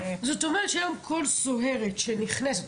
זאת אומרת שהיום כל סוהרת שנכנסת,